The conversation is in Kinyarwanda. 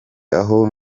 aho